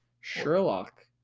Sherlock